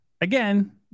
again